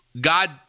God